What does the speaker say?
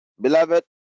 Beloved